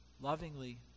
lovingly